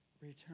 return